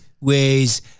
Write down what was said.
ways